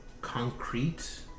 concrete